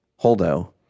Holdo